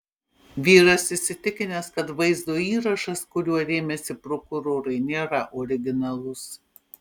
vyras įsitikinęs kad vaizdo įrašas kuriuo rėmėsi prokurorai nėra originalus